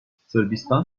sırbistan